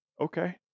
Okay